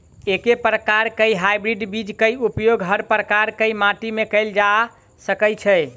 एके प्रकार केँ हाइब्रिड बीज केँ उपयोग हर प्रकार केँ माटि मे कैल जा सकय छै?